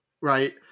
Right